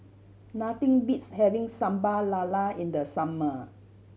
nothing beats having Sambal Lala in the summer